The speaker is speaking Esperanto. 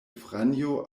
franjo